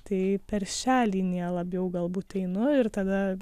tai per šią liniją labiau galbūt einu ir tada